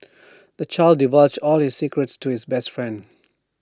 the child divulged all his secrets to his best friend